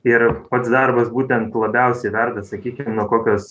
ir pats darbas būtent labiausiai verda sakykim nuo kokios